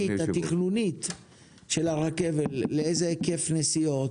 התכנונית של הרכבל לאיזה היקף נסיעות,